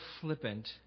flippant